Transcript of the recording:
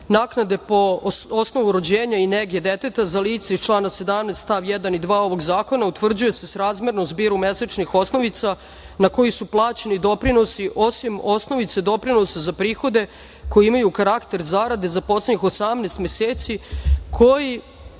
naknade po osnovurođenja i nege deteta za lice iz člana 17. st. 1. i 2. ovog zakona utvrđuje se srazmerno zbiru mesečnih osnovica na koji su plaćeni doprinosi, osim osnovice doprinosa za prihode koji imaju karakter zarade, za poslednjih 18 meseci koji